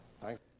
Thanks